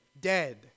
dead